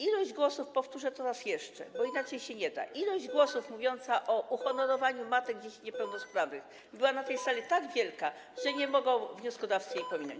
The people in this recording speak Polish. Ilość głosów, powtórzę to raz jeszcze, bo inaczej się nie da, mówiących o uhonorowaniu matek dzieci niepełnosprawnych była na tej sali tak wielka, że nie mogą wnioskodawcy jej pominąć.